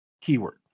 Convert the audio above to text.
keyword